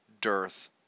dearth